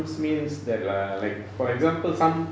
this means that uh like for example some